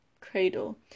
cradle